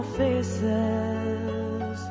faces